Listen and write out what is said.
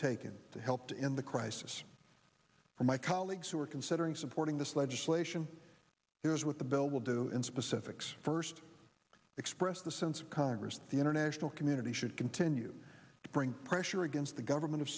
taken to help to end the crisis and my colleagues who are considering supporting this legislation here is what the bill will do in specifics first express the sense of congress the international community should continue to bring pressure against the government of